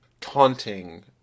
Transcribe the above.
taunting